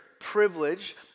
privilege